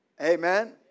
Amen